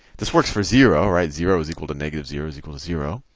this works for zero, right? zero is equal to negative zero is equal to zero.